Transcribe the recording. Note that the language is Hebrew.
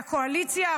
מהקואליציה,